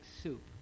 soup